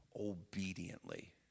obediently